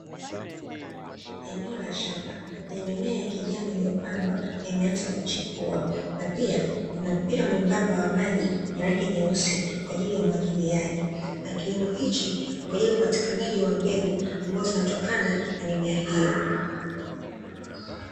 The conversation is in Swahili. Eneo la shamba, lenye mimea ya kijani iliyopandwa na imeanza kuchipua, na pia kuna mpira mwembamba wa maji wenye rangi nyeusi kwa ajili ya umwagiliaji, na kilimo hiki kinaangalia upatikanaji wa mbegu ambao zinatokana na mimea hiyo.